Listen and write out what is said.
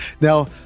Now